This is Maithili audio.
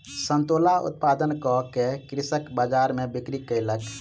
संतोला उत्पादन कअ के कृषक बजार में बिक्री कयलक